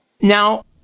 Now